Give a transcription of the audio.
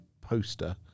poster